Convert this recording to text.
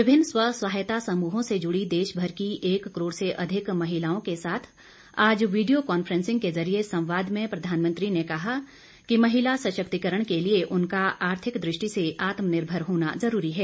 विभिन्न स्व सहायतासमूहों से जुड़ी देश भर की एक करोड़ से अधिक महिलाओं के साथ आज वीडियो कांफ्रेंसिंग के जरिए संवाद में प्रधानमंत्री ने कहा कि महिला सशक्तिकरण के लिए उनका आर्थिक दृष्टि से आत्मनिर्भर होना जरूरी है